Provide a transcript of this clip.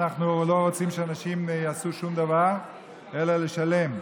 אנחנו לא רוצים שאנשים יעשו שום דבר אלא לשלם.